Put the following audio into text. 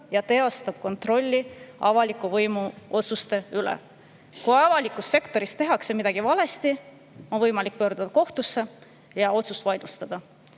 ja teostab kontrolli avaliku võimu otsuste üle. Kui avalikus sektoris tehakse midagi valesti, on võimalik pöörduda kohtusse ja otsus vaidlustada.